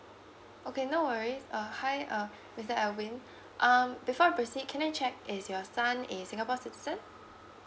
okay no worries uh hi uh mister alvin um before I proceed can I check is your son a singapore citizen